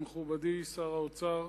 מכובדי שר האוצר,